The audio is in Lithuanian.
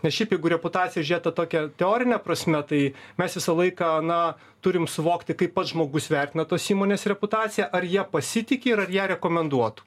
nes šiaip jeigu reputaciją žiūrėt ta tokia teorine prasme tai mes visą laiką na turim suvokti kaip pats žmogus vertina tos įmonės reputaciją ar ja pasitiki ir ar ją rekomenduotų